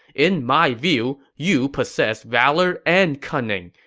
in my view, you possess valor and cunning.